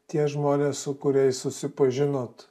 tie žmonės su kuriais susipažinot